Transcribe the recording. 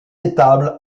étables